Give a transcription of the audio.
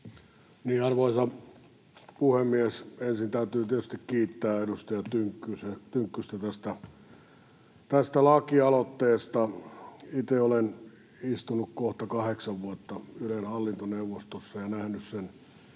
Arvoisa puhemies! Ensin täytyy tietysti kiittää edustaja Tynkkystä tästä lakialoitteesta. Itse olen istunut kohta kahdeksan vuotta Ylen hallintoneuvostossa ja nähnyt sen